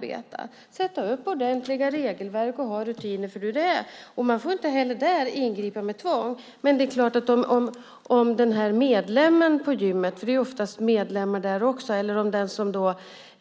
De kan sätta upp ordentliga regelverk och ha rutiner för detta. Man får inte heller där ingripa med tvång. Men det är klart att om den här medlemmen på gymmet - det är oftast medlemmar där också - eller den som